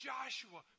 Joshua